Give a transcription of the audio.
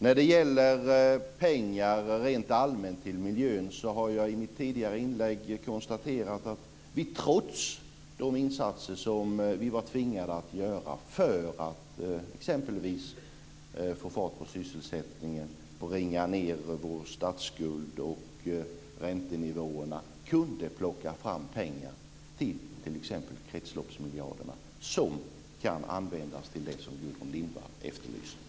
När det gäller pengar rent allmänt till miljön kan jag säga att jag i mitt tidigare inlägg har konstaterat att vi trots de insatser som vi var tvingade att göra för att exempelvis få fart på sysselsättningen och bringa ned vår statsskuld och räntenivåerna kunde plocka fram pengar till t.ex. kretsloppsmiljarderna, som kan användas till det som Gudrun Lindvall efterlyser.